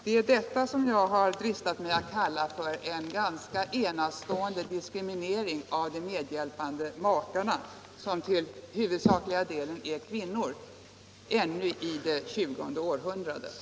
Det är detta som jag har dristat mig att kalla för en ganska enastående diskriminering av de medhjälpande makarna, som till den huvudsakliga delen är kvinnor, ännu i det tjugonde århundradet.